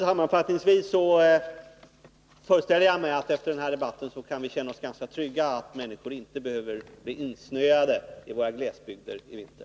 Sammanfattningsvis föreställer jag mig att vi efter den här debatten kan känna oss ganska trygga i vetskapen att människor inte behöver bli insnöade i våra glesbygder i vinter.